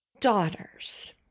daughters